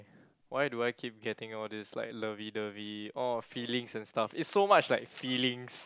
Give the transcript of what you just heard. why do I keep getting all these like lovey dovey all feelings and stuff it's so much like feelings